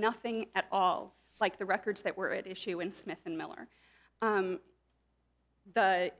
nothing at all like the records that were at issue in smith and meller the